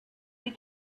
you